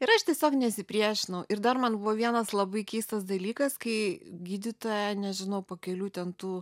ir aš tiesiog nesipriešinau ir dar man buvo vienas labai keistas dalykas kai gydytoja nežinau po kelių ten tų